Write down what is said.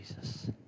Jesus